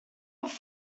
have